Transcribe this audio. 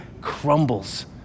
crumbles